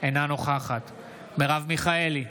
אינה נוכחת מרב מיכאלי,